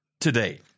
today